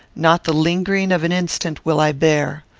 not the lingering of an instant will i bear.